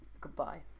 Goodbye